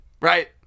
right